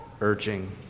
urging